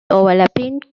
overlapping